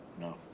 No